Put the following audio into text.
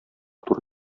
туры